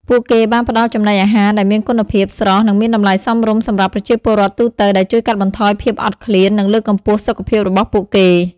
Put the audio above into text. ពួកគេបានផ្តល់ចំណីអាហារដែលមានគុណភាព ស្រស់ និងមានតម្លៃសមរម្យសម្រាប់ប្រជាពលរដ្ឋទូទៅ ដែលជួយកាត់បន្ថយភាពអត់ឃ្លាន និងលើកកម្ពស់សុខភាពរបស់ពួកគេ។